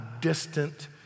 distant